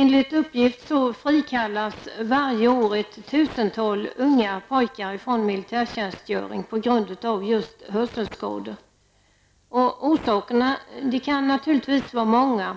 Enligt uppgift frikallas varje år ett tusental unga pojkar från militärtjänstgöring på grund av just hörselskador. Orsakerna kan naturligtvis vara många.